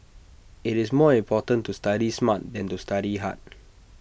IT is more important to study smart than to study hard